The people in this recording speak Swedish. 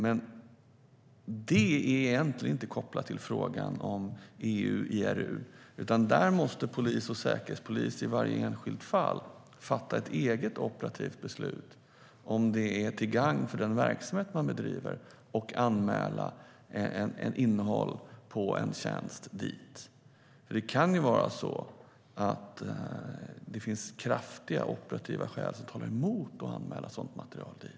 Men det är egentligen inte kopplat till frågan om EU IRU. Där måste polis och säkerhetspolis i varje enskilt fall fatta ett eget operativt beslut om det är till gagn för den verksamhet man bedriver att anmäla innehåll på en tjänst dit. Det kan ju finnas kraftiga operativa skäl som talar mot att anmäla sådant material dit.